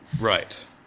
Right